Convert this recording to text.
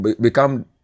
become